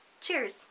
Cheers